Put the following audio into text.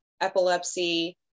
epilepsy